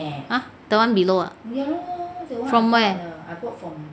!huh! the [one] below ah from where